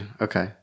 Okay